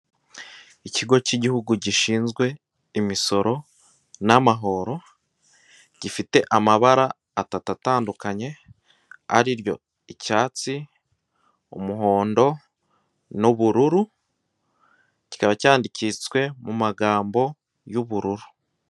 Ikigo cy'igihugu gishinzwe imisoro n'amahoro, gifite amabara atatu atandukanye ariryo icyatsi, umuhondo n'ubururu, kikaba cyandikitswe mu magambo y'ubururu.